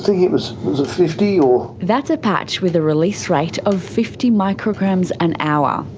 thinking it was was a fifty or? that's a patch with the release rate of fifty micrograms an hour.